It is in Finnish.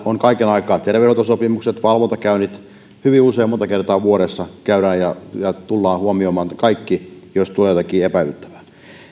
on kaiken aikaa terveydenhuoltosopimukset on valvontakäyntejä hyvin usein monta kertaa vuodessa käydään ja tullaan huomioimaan kaikki jos tulee jotakin epäilyttävää